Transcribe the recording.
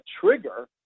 trigger